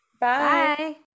Bye